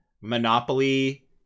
Monopoly